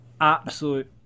absolute